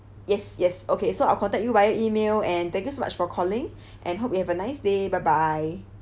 yes yes okay so I'll contact you via email and thank you so much for calling and hope you have a nice day bye bye